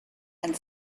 and